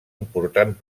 important